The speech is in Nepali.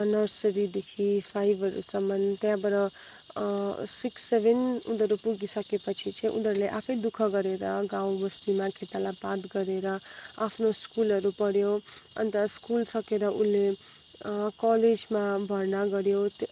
नर्सरीदेखि फाइभहरूसम्म त्यहाँबाट सिक्स सेभेन उनीहरू पुगिसकेपछि चाहिँ उनीहरूले आफै दुःख गरेर गाउँ बस्तीमा खेताला पात गरेर आफ्नो स्कुलहरू पढ्यो अन्त स्कुल सकेर उसले कलेजमा भर्ना गर्यो